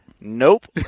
Nope